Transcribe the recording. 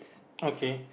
okay